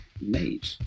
made